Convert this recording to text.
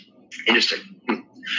interesting